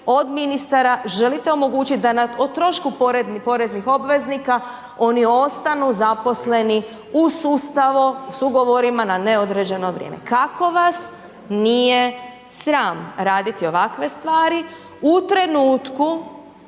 od ministara, želite omogućiti da no trošku poreznih obveznika, oni ostanu zaposleni u sustavu s ugovorima na neodređeno vrijeme. Kako vas nije sram raditi ovakve stvari u trenutku